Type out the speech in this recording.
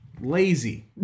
lazy